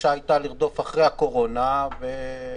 הגישה הייתה לרדוף אחרי הקורונה במטרה